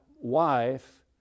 wife